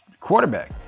quarterback